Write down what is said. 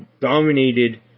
dominated